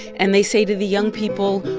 and they say to the young people,